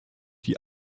die